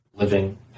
living